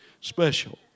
Special